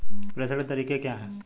प्रेषण के तरीके क्या हैं?